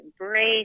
embrace